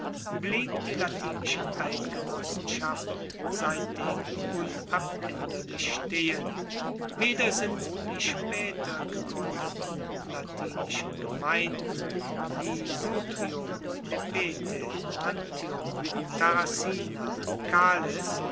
blieb die latinische eidgenossenschaft seitdem unabaenderlich stehen weder sind die spaeter gegruendeten latinischen gemeinden wie sutrium nepete antium tarracina